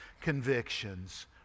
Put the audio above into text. convictions